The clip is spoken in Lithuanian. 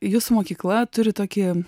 jūsų mokykla turi tokį